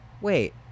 Wait